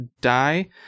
die